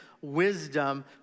wisdom